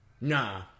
Nah